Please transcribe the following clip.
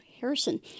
Harrison